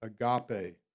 agape